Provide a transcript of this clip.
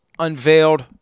unveiled